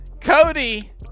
Cody